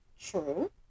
True